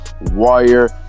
wire